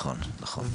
נכון, נכון.